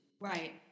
Right